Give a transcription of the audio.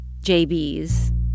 JBs